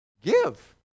Give